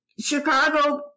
Chicago